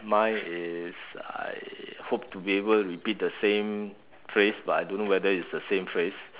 mine is I hope to be able to repeat the same phrase but I don't know whether it's the same phrase